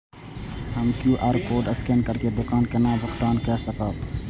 हम QR code scan करके दुकान केना भुगतान काय सकब?